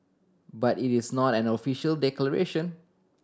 but it is not an official declaration